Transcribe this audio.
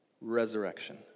Resurrection